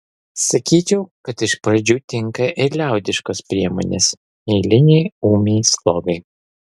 sakyčiau kad iš pradžių tinka ir liaudiškos priemonės eilinei ūmiai slogai